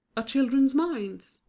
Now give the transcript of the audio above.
children's minds?